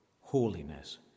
holiness